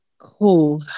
Cool